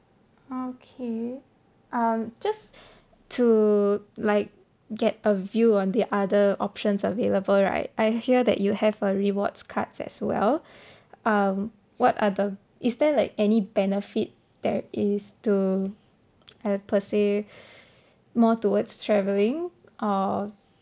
okay uh just to like get a view on the other options available right I hear that you have a rewards cards as well uh what are the is there like any benefit there is to have per se more towards travelling or